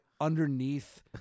underneath